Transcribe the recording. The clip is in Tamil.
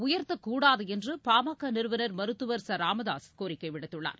உயர்த்தக்கூடாது என்று பாமக நிறுவனர் மருத்துவர் ச ராமதாசு கோரிக்கை விடுத்துள்ளார்